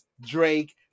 Drake